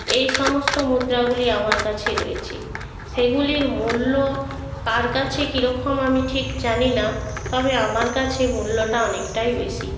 এই সমস্ত মুদ্রাগুলি আমার কাছে রয়েছে সেগুলির মূল্য কার কাছে কী রকম আমি ঠিক জানি না তবে আমার কাছে মূল্যটা অনেকটাই বেশি